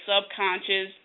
subconscious